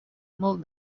molt